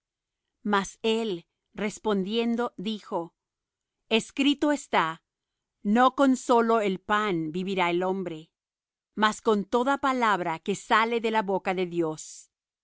mas él respondiendo dijo escrito está no con solo el pan vivirá el hombre mas con toda palabra que sale de la boca de dios